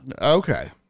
Okay